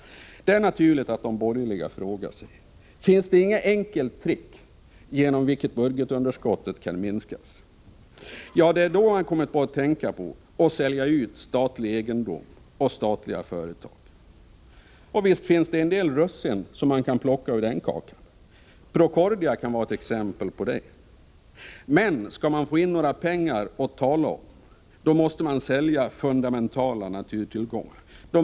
Det är naturligt att de borgerliga frågar sig: Finns det inget enkelt trick genom vilket budgetunderskottet kan minskas? Det är då de borgerliga har kommit att tänka på att man kan sälja ut statlig egendom och statliga företag. Visst finns det en del russin att plocka ur den kakan — Procordia kan vara ett exempel. Men skall staten få in några pengar att tala om måste fundamentala naturtillgångar säljas.